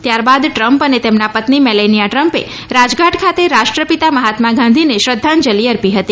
ત્યારબાદ ટ્રંપ અને તેમના પત્ની મેલેનિયા ટ્રંપે રાજઘાટ ખાતે રાષ્ટ્રપિતા મહાત્મા ગાંધીને શ્રદ્વાંજલી અર્પી હતી